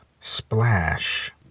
splash